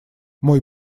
мой